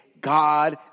God